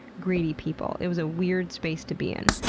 greedy people. it was a weird space to be in.